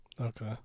Okay